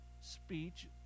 Speech